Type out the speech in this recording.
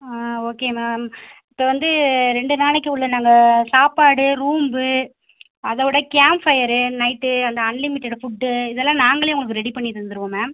ஆ okay ma'am இப்போ வந்து ரெண்டு நாளைக்கு உள்ள நாங்கள் சாப்பாடு ரூம்பு அதோடு கேம்ப் ஃபையரு நைட்டு அந்த அன்லிமிடட் ஃபுட்டு இதெலாம் நாங்களே உங்களுக்கு ரெடி பண்ணி தந்துடுவோம் மேம்